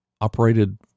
operated